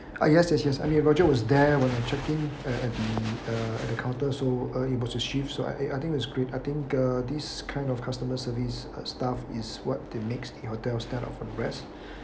ah yes yes yes I mean roger was there when I check in at the uh at the counter so uh it was his shift so I I think it's great I think the this kind of customer service uh staff is what they makes the hotel stand out from the rest